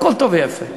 הכול טוב ויפה.